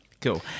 Cool